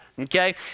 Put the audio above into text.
Okay